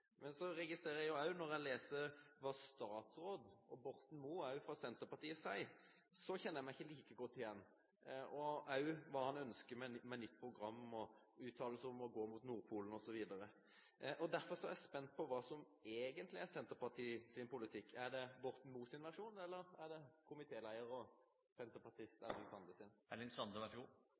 Men så registrerer jeg også, når jeg leser hva statsråden – og Borten Moe er jo fra Senterpartiet – sier, at jeg ikke kjenner meg like godt igjen. Det gjelder også hva han ønsker med nytt program, uttalelser om å gå mot Nordpolen, osv. Derfor er jeg spent på hva som egentlig er Senterpartiets politikk. Er det Borten Moes versjon, eller er det komitéleder og senterpartist